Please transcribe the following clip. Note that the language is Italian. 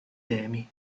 temi